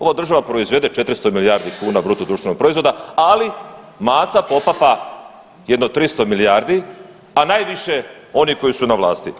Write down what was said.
Ova država proizvede 400 milijardi kuna bruto društvenog proizvoda, ali maca popapa jedno 300 milijardi, a najviše oni koji su na vlasti.